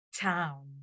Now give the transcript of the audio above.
Town